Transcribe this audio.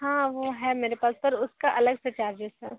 हाँ वो हैं मेरे पास पर उसका अलग से चार्जेज़ है